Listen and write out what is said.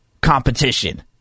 competition